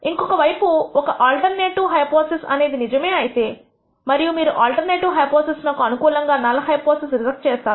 ఇంకోవైపు ఒక వేళ ఆల్టర్నేటివ్ హైపోథిసిస్ అనేది నిజమే అయితే మరియు మీరు ఆల్టర్నేటివ్ హైపోథిసిస్నకు అనుకూలముగా నల్ హైపోథిసిస్ రిజెక్ట్ చేస్తారు